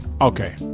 okay